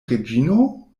reĝino